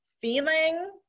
feeling